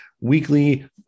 weekly